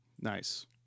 Nice